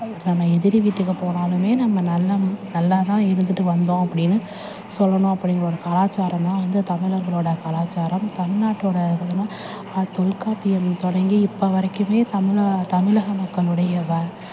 நம்ம எதிரி வீட்டுக்கு போனாலுமே நம்ம நல்லம் நல்லாதான் இருந்துகிட்டு வந்தோம் அப்படின்னு சொல்லணும் அப்படின்னு ஒரு கலாச்சாரம்தான் வந்து தமிழர்களோட கலாச்சாரம் தமிழ்நாட்டோட இது பார்த்தீங்கன்னா தொல்காப்பியம் தொடங்கி இப்போ வரைக்குமே தமிழ தமிழக மக்களுடைய வ